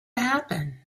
happen